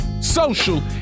social